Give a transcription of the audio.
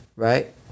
Right